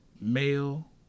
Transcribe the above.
male